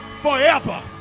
forever